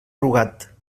rugat